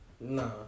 Nah